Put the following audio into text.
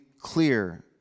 clear